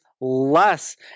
less